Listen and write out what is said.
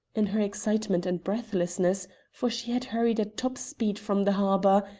in her excitement and breathlessness, for she had hurried at top speed from the harbour,